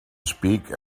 speak